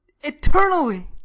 eternally